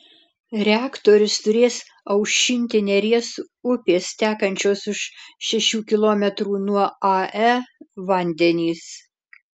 reaktorius turės aušinti neries upės tekančios už šešių kilometrų nuo ae vandenys